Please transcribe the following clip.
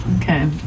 Okay